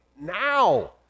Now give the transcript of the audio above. now